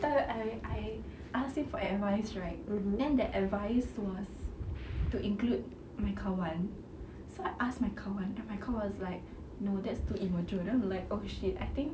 I I I asked him for advice right then that advice was to include my kawan so I asked my kawan then my kawan was like no that's too immature then I'm like oh shit I think